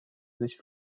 sich